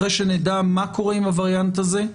אחרי שנדע מה קורה עם הווריאנט הזה,